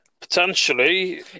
Potentially